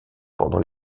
pendant